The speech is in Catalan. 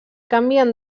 canvien